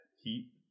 Heat